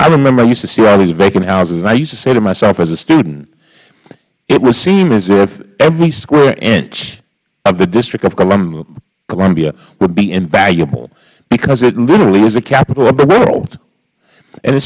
i remember i used to see all of these vacant houses and i used to say to myself as a student it would seem as if every square inch of the district of columbia would be invaluable because it literally is the capital of the world and it